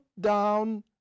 down